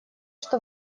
что